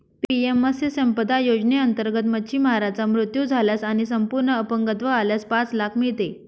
PM Matsya Sampada योजनेअंतर्गत, मच्छीमाराचा मृत्यू झाल्यास आणि संपूर्ण अपंगत्व आल्यास पाच लाख मिळते